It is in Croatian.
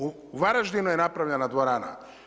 U Varaždinu je napravljena dvorana.